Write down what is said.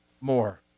more